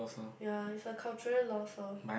ya is a cultural lost orh